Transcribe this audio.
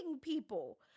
people